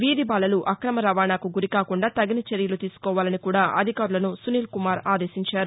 వీధి బాలలు అక్రమ రవాణాకు గురి కాకుండా తగిన చర్యలు తీసుకోవాలని కూడా అధికారులను సునీల్కుమార్ ఆదేశించారు